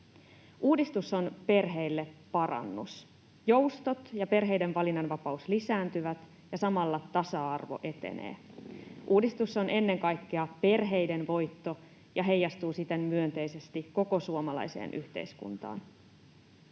Uudistus on perheille parannus. Joustot ja perheiden valinnanvapaus lisääntyvät, ja samalla tasa-arvo etenee. Uudistus on ennen kaikkea perheiden voitto ja heijastuu siten myönteisesti koko suomalaiseen yhteiskuntaan.